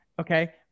okay